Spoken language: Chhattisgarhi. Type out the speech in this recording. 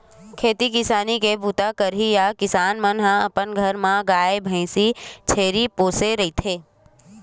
खेती किसानी के बूता करइया किसान मन ह अपन घर म गाय, भइसी, छेरी पोसे रहिथे